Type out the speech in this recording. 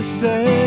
say